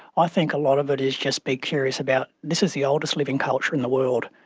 i think a lot of it is just be curious about, this is the oldest living culture in the world.